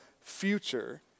future